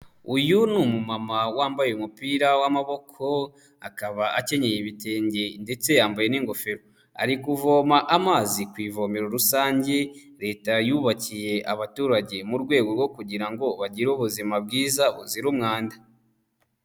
Uyu ni umumama wambaye umupira w'amaboko, akaba akenyenye ibitenge ndetse yambaye n'ingofero ari kuvoma amazi ku ivomero rusange Leta yubakiye abaturage mu rwego rwo kugira ngo bagire ubuzima bwiza buzira umwanda.